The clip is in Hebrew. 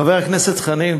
חבר הכנסת חנין,